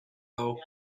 although